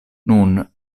nun